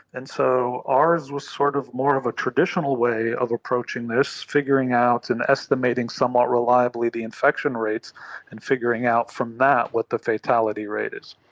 and so ours was sort of more of a traditional way of approaching this, figuring out and estimating somewhat reliably the infection rates and figuring out from that what the fatality rate is.